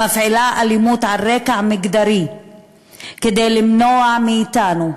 מפעילה אלימות על רקע מגדרי כדי למנוע מאתנו,